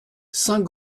saint